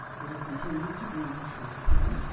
we'll continue to be transparent.